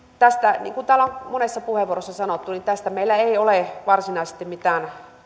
tästä niin kuin täällä on monessa puheenvuorossa sanottu meillä ei ole varsinaisesti mitään